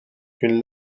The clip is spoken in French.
une